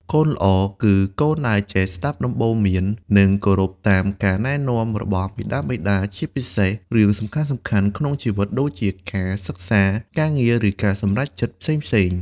កូនល្អគឺកូនដែលចេះស្ដាប់ដំបូន្មាន និងគោរពតាមការណែនាំរបស់មាតាបិតា ជាពិសេសរឿងសំខាន់ៗក្នុងជីវិតដូចជា ការសិក្សា ការងារ ឬការសម្រេចចិត្តផ្សេងៗ។